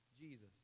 Jesus